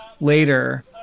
later